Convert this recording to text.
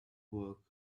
work